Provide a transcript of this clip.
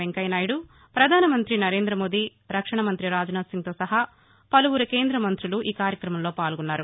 వెంకయ్యనాయుడు ప్రధాన మంతి నరేంద్రమోదీ రక్షణ మంతి రాజ్నాథ్ సింగ్తో సహా పలువురు కేంద్ర మంతులు ఈ కార్యక్రమంలో పాల్గొన్నారు